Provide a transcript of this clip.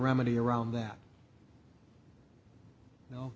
remedy around that you know